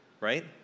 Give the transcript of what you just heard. right